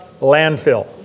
landfill